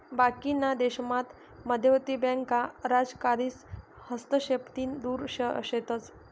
बाकीना देशामात मध्यवर्ती बँका राजकारीस हस्तक्षेपतीन दुर शेतस